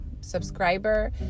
subscriber